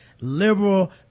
liberal